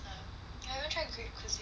haven't tried greek cuisine